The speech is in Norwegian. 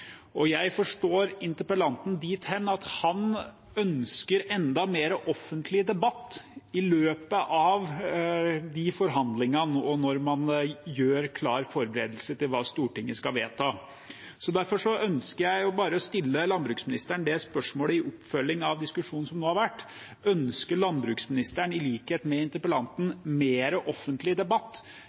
av. Jeg forstår interpellanten dit hen at han ønsker enda mer offentlig debatt i løpet av forhandlingene og når man forbereder hva Stortinget skal vedta. Derfor ønsker jeg å stille landbruksministeren dette spørsmålet til oppfølging av diskusjonen som nå har vært: Ønsker landbruksministeren i likhet med interpellanten mer offentlig debatt